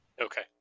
Okay